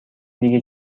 دیگه